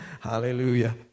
Hallelujah